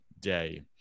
day